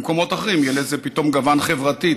במקומות אחרים יהיה לזה פתאום גוון חברתי,